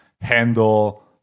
handle